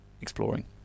exploring